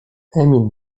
emil